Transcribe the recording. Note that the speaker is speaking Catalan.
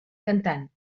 cantant